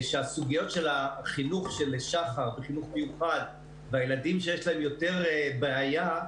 סוגיות החינוך של שח"ר וחינוך מיוחד והילדים שיש להם יותר בעיה,